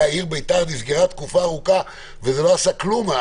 העיר בית"ר נסגרה לתקופה ארוכה וזה לא עשה כלום.